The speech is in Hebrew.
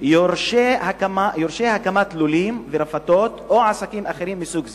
תורשה הקמת לולים ורפתות או עסקים אחרים מסוג זה.